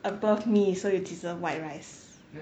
above me so you deserve white rice